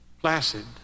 Placid